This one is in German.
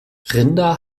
rinder